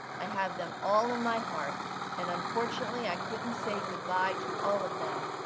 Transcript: i have them all in my heart and unfortunately, i couldn't say goodbye to all of them.